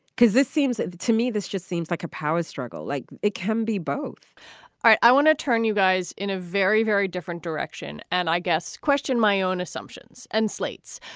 because this seems to me this just seems like a power struggle, like it can be both ah i want to turn you guys in a very, very different direction. and i guess. question my own assumptions and slates.